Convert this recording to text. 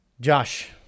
Josh